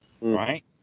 right